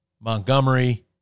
Montgomery